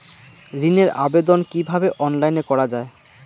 ঋনের আবেদন কিভাবে অনলাইনে করা যায়?